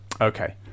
Okay